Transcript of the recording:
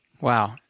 Wow